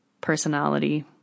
personality